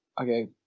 Okay